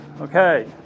Okay